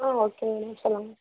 ஆ ஓகேங்க மேம் சொல்லுங்கள்